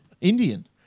Indian